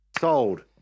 Sold